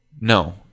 No